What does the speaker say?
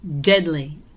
deadly